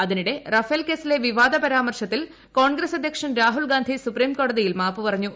അതിനിടെ റാഫേൽ കേസിലെ വിവാദപരാമർശത്തിൽ കോൺഗ്രസ്സ് അധ്യക്ഷൻ രാഹുൽഗാന്ധി സുപ്രീംകോടതിയിൽ മാപ്പ് പറഞ്ഞു